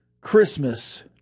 Christmas